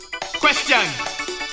Question